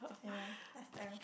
ya last time